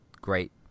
great